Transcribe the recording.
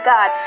God